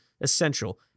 essential